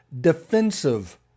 defensive